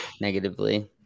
negatively